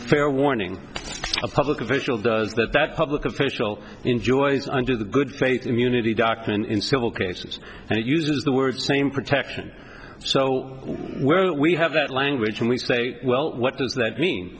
fair warning a public official does that that public official enjoys under the good faith immunity doctrine in civil cases and it uses the word same protection so we're that we have that language and we say well what does that mean